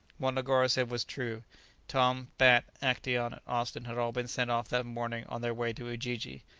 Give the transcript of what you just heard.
what negoro said was true tom, bat, actaeon, and austin had all been sent off that morning on their way to ujiji.